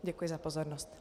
Děkuji za pozornost.